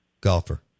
golfer